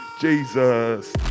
Jesus